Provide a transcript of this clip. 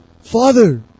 Father